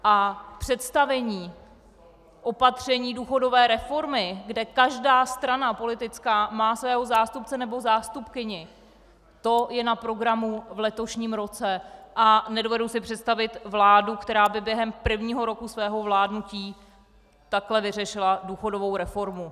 A představení opatření důchodové reformy, kde každá politická strana má svého zástupce nebo zástupkyni, to je na programu v letošním roce a nedovedu si představit vládu, která by během prvního roku svého vládnutí takhle vyřešila důchodovou reformu.